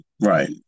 right